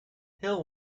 hill